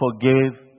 Forgive